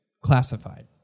Classified